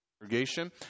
congregation